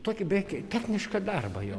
tokį bėk technišką darbą jo